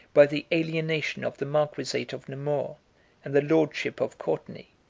by the alienation of the marquisate of namur and the lordship of courtenay,